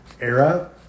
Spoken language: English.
era